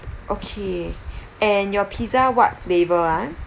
okay and your pizza what flavour ah